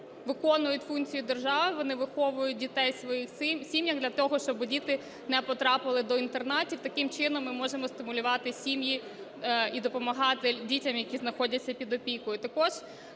люди виконують функцію держави, вони виховують дітей в своїх сім'ях для того, щоб діти не потрапили до інтернатів. Таким чином ми можемо стимулювати сім'ї і допомагати дітям, які знаходяться під опікою.